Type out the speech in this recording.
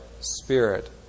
spirit